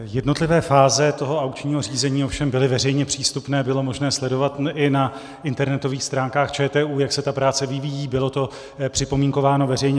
Jednotlivé fáze toho aukčního řízení ovšem byly veřejně přístupné, bylo možné sledovat i na internetových stránkách ČTÚ, jak se ta práce vyvíjí, bylo to připomínkováno veřejně.